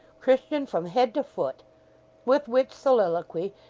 christian from head to foot with which soliloquy,